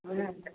नहि